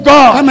God